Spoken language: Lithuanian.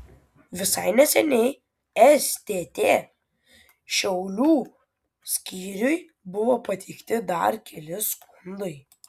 visai neseniai stt šiaulių skyriui buvo pateikti dar keli skundai